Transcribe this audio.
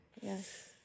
yes